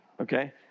Okay